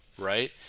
right